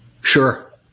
sure